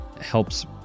helps